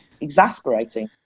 Exasperating